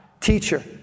teacher